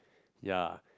ya